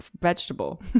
vegetable